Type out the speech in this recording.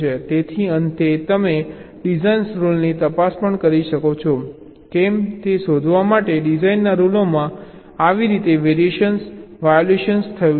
તેથી અંતે તમે ડિઝાઇન રૂલની તપાસ પણ કરી શકો છો કે કેમ તે શોધવા માટે કે ડિઝાઇનના રૂલોમાં આવી કોઈ વેરિએશન્સ વાયોલેશન્સ થયું છે